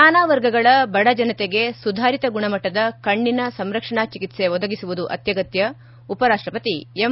ನಾನಾ ವರ್ಗಗಳ ಬಡಜನತೆಗೆ ಸುಧಾರಿತ ಗುಣಮಟ್ಟದ ಕಣ್ಣಿನ ಸಂರಕ್ಷಣಾ ಚಿಕಿತ್ಸೆ ಒದಗಿಸುವುದು ಅತ್ಯಗತ್ಯ ಉಪರಾಷ್ಷಪತಿ ಎಂ